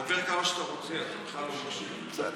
גם לא הקשבת.